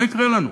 מה יקרה לנו?